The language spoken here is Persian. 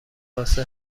واسه